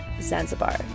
Zanzibar